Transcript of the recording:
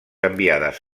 enviades